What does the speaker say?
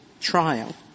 trial